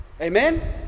amen